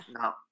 no